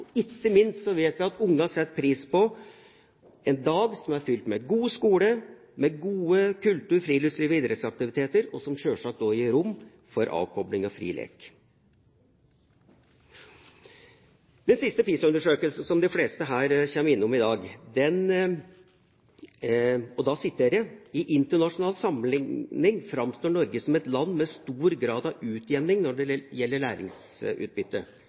Ikke minst vet vi at ungene setter pris på en dag som er fylt med god skole, med god kultur, friluftsliv og idrettsaktiviteter, og som sjølsagt gir rom for avkopling og fri lek. I den siste PISA-undersøkelsen, som de fleste her kommer innom i dag, står det at «i en internasjonal sammenligning framstår Norge som et land med stor grad av utjevning når det gjelder læringsutbytte».